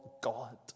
God